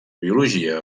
biologia